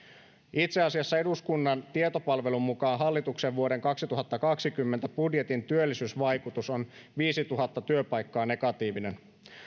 itse asiassa eduskunnan tietopalvelun mukaan hallituksen vuoden kaksituhattakaksikymmentä budjetin työllisyysvaikutus on viisituhatta työpaikkaa negatiivinen